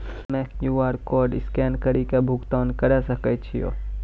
हम्मय QR code scan कड़ी के भुगतान करें सकय छियै?